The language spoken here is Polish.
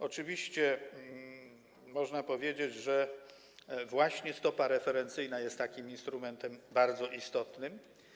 Oczywiście można powiedzieć, że to właśnie stopa referencyjna jest tu takim instrumentem bardzo istotnym.